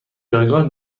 جایگاه